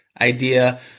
idea